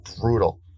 brutal